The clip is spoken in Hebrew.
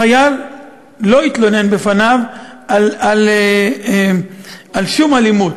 החייל לא התלונן בפניו על שום אלימות,